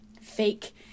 fake